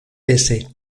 pese